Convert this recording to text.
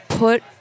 put